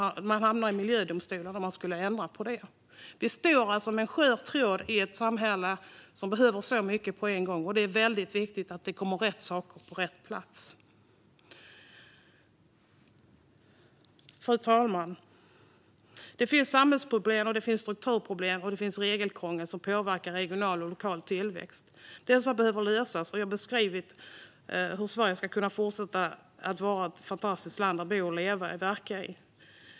Man hamnade i miljödomstolen när man skulle ändra på det. Vi står alltså med en skör tråd i ett samhälle som behöver så mycket på en gång, och det är viktigt att det kommer rätt saker på rätt plats. Fru talman! Det finns samhällsproblem och strukturproblem och regelkrångel som påverkar regional och lokal tillväxt. Detta behöver lösas. Jag har beskrivit hur Sverige ska kunna fortsätta vara ett fantastiskt land att bo och verka i.